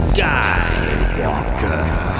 Skywalker